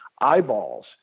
eyeballs